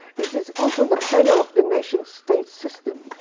it is also the failure of the nation-state system,